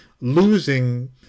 losing